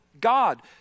God